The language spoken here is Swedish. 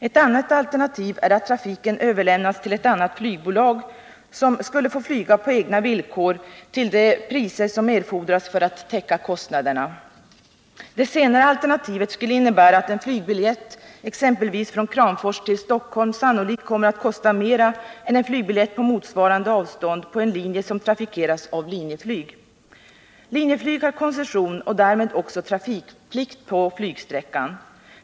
Ett annat alternativ är att trafiken överlämnas till ett annat flygbolag, som skulle få flyga på egna villkor till de priser som erfordras för att täcka kostnaderna. Det senare alternativet skulle innebära att en flygbiljett exempelvis från Kramfors till Stockholm sannolikt kommer att kosta mer än en flygbiljett för motsvarande sträcka på en linje som trafikeras av Linjeflyg. Linjeflyg har koncession och därmed också trafikplikt på flygsträckan.